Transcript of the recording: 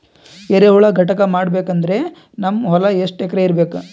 ಎರೆಹುಳ ಘಟಕ ಮಾಡಬೇಕಂದ್ರೆ ನಮ್ಮ ಹೊಲ ಎಷ್ಟು ಎಕರ್ ಇರಬೇಕು?